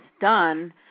done